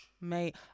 Mate